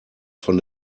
von